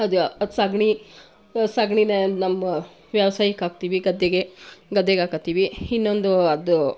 ಅದು ಅದು ಸಗಣಿ ಸಗಣೀನ ನಮ್ಮ ವ್ಯವ್ಸಾಯಕ್ಕೆ ಹಾಕ್ತೀವಿ ಗದ್ದೆಗೆ ಗದ್ದೆಗೆ ಹಾಕ್ಕೊತೀವಿ ಇನ್ನೊಂದು ಅದು